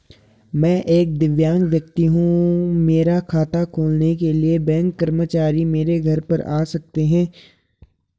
मैं एक दिव्यांग व्यक्ति हूँ मेरा खाता खोलने के लिए बैंक कर्मचारी मेरे घर पर आ सकते हैं?